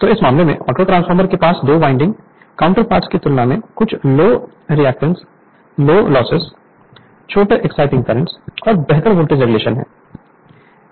तो इस मामले में ऑटोट्रांसफॉर्मर के पास दो वाइंडिंग काउंटरपार्ट्स की तुलना में कुछ लो रिएक्टेंस लो लॉसेस छोटे एक्साइटिंग करंट और बेहतर वोल्टेज रेगुलेशन हैं